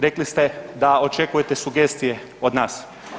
Rekli ste da očekujete sugestije od nas.